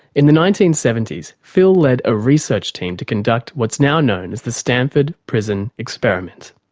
in the nineteen seventy s phil led a research team to conduct what's now known as the stanford prison experiment.